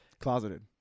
Closeted